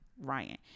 ryan